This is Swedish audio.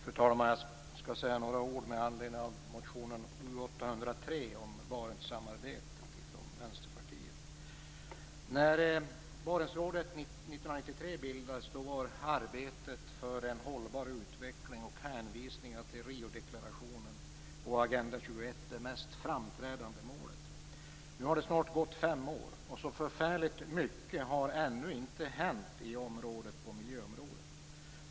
Fru talman! Jag skall säga några ord med anledning av motion U803 från Vänsterpartiet om Barentssamarbetet. När Barentsrådet bildades 1993 var arbetet för en hållbar utveckling och hänvisningar till Riodeklarationen och Agenda 21 det mest framträdande målet. Nu har det snart gått fem år, och så förfärligt mycket har ännu inte hänt i området vad gäller miljön.